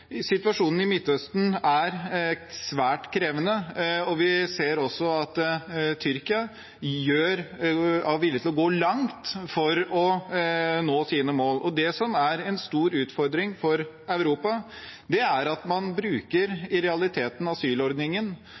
Situasjonen i Midtøsten er svært krevende. Vi ser at Tyrkia er villig til å gå langt for å nå sine mål. Det som er en stor utfordring for Europa, er at man i realiteten bruker asylordningen